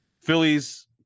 Phillies